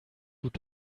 gut